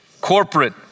corporate